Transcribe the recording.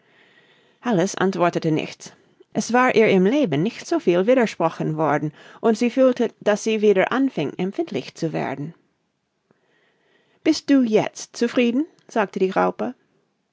alice antwortete nichts es war ihr im leben nicht so viel widersprochen worden und sie fühlte daß sie wieder anfing empfindlich zu werden bist du jetzt zufrieden sagte die raupe